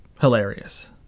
hilarious